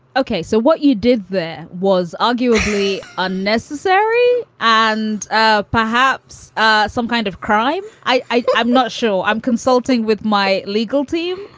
ok, so what you did there was arguably unnecessary and ah perhaps ah some kind of crime. i'm not sure i'm consulting with my legal team.